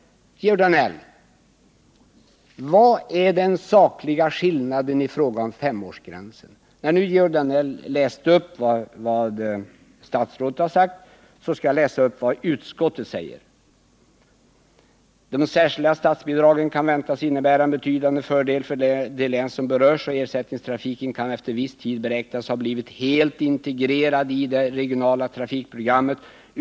Georg Danell! Vad är den sakliga skillnaden i fråga om femårsgränsen? Eftersom Georg Danell läste upp vad statsrådet har sagt skall jag läsa upp vad utskottet säger: ”De särskilda statsbidragen kan väntas innebära en betydande fördel för de län som berörs, och ersättningstrafiken kan efter viss tid beräknas ha blivit helt integrerad i det regionala trafikprogrammet.